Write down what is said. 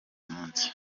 munsi